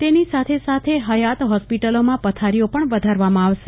તેની સાથે સાથે હયાત હોસ્પિટલોમાં પથારીઓ પણ વધારવામાં આવશે